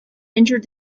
injured